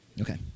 Okay